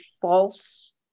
false